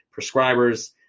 prescribers